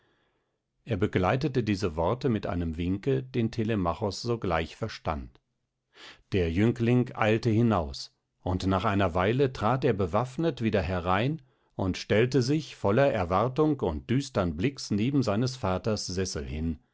er begleitete diese worte mit einem winke den telemachos sogleich verstand der jüngling eilte hinaus und nach einer weile trat er bewaffnet wieder herein und stellte sich voller erwartung und düstern blicks neben seines vaters sessel hin